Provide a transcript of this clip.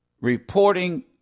reporting